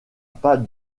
pas